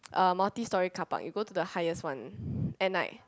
uh multi story car park you go to the highest one at night